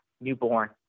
newborn